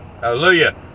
hallelujah